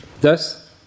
Thus